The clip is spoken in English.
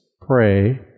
pray